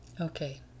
Okay